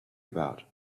about